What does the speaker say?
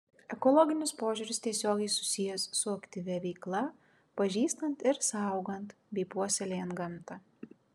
ekologinis požiūris tiesiogiai susijęs su aktyvia veikla pažįstant ir saugant bei puoselėjant gamtą